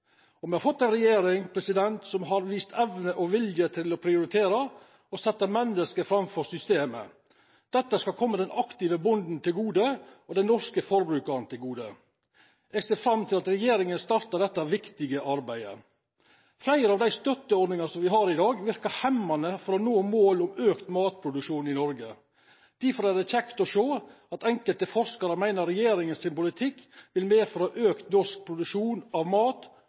for. Vi har fått en regjering som har vist evne og vilje til å prioritere og sette mennesker framfor systemet. Dette skal komme den aktive bonden og den norske forbrukeren til gode. Jeg ser fram til at regjeringen starter dette viktige arbeidet. Flere av de støtteordningene som vi har i dag, virker hemmende for å nå målet om økt matproduksjon i Norge. Derfor er det kjekt å se at enkelte forskere mener regjeringens politikk vil medføre økt norsk produksjon av mat,